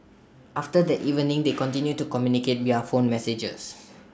after that evening they continued to communicate via phone messages